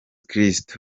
kristo